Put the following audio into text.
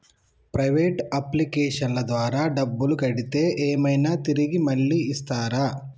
Private అప్లికేషన్ల ద్వారా డబ్బులు కడితే ఏమైనా తిరిగి మళ్ళీ ఇస్తరా?